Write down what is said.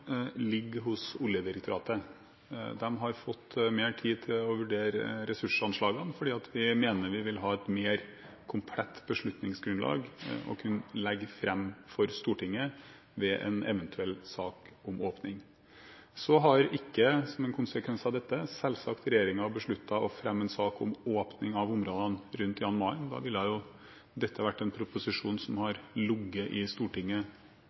hos Oljedirektoratet. De har fått mer tid til å vurdere ressursanslagene, for vi mener vi vil ha et mer komplett beslutningsgrunnlag å legge fram for Stortinget ved en eventuell sak om åpning. Regjeringen har selvsagt ikke, som en konsekvens av dette, besluttet å fremme en sak om åpning av områdene rundt Jan Mayen. Da hadde det vært en proposisjon som lå her i Stortinget